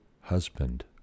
husband